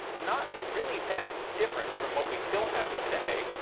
not really that different from what we still have today,